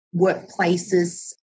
workplaces